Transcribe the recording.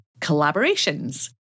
Collaborations